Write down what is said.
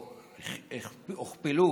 או הוכפל,